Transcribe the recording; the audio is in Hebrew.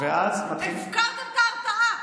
הפקרתם את ההרתעה,